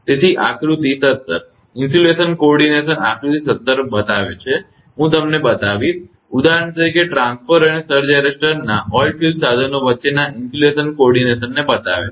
તેથી આકૃતિ સત્તર ઇન્સ્યુલેશન કોઓર્ડિનેશન આકૃતિ 17 બતાવે છે હું તમને બતાવીશ ઉદાહરણ તરીકે ટ્રાન્સફોર્મર અને સર્જ એરેસ્ટરના ઓઇલફિલ્ડ સાધનો વચ્ચેના ઇન્સ્યુલેશન કોર્ડીનેશનને બતાવે છે